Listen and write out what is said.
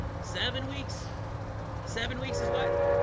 seven weeks seven weeks is what?